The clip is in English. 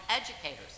educators